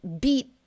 beat